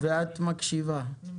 קדימה.